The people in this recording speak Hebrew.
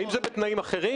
האם זה בתנאים אחרים?